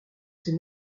ses